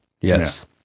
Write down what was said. Yes